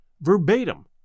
verbatim